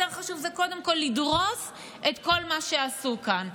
יותר חשוב זה קודם כול לדרוס את כל מה שעשו כאן.